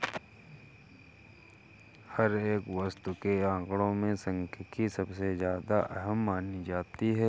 हर एक वस्तु के आंकडों में सांख्यिकी सबसे ज्यादा अहम मानी जाती है